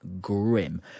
grim